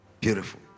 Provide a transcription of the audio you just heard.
Beautiful